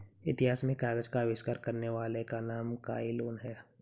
इतिहास में कागज का आविष्कार करने वाले का नाम काई लुन है